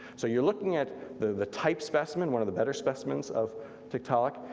so you're looking at the type specimen, one of the better specimens of tiktaalik,